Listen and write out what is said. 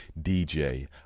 DJ